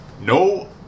No